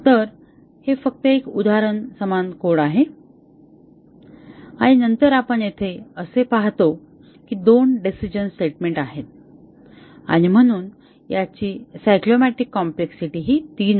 तर हे फक्त एक उदाहरण समान कोड आहे आणि नंतर आपण येथे असे पाहतो की दोन डिसिजन स्टेटमेंट आहेत आणि म्हणून तर याची सायक्लोमॅटिक कॉम्प्लेक्सिटी ही 3 आहे